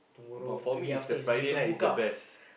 but for me is the Friday night is the best